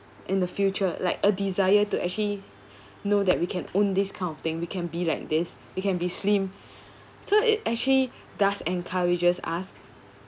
in the future like a desire to actually know that we can own this kind of thing we can be like this we can be slim so it actually does encourages us